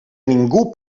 ningú